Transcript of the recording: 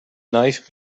knife